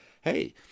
hey